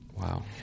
Wow